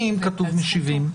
אם כתוב משיבים,